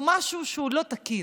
זה משהו לא תקין.